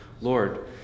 Lord